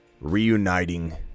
reuniting